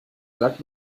sag